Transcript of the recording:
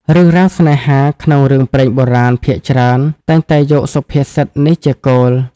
រឿងរ៉ាវស្នេហាក្នុងរឿងព្រេងបុរាណភាគច្រើន តែងតែយកសុភាសិតនេះជាគោល។